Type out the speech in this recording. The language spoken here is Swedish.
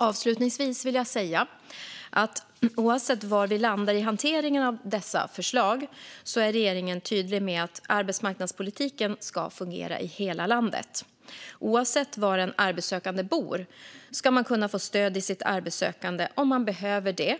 Avslutningsvis vill jag säga att oavsett var vi landar i hanteringen av dessa förslag är regeringen tydlig med att arbetsmarknadspolitiken ska fungera i hela landet. Oavsett var en arbetssökande bor ska man kunna få stöd i sitt arbetssökande om man behöver det,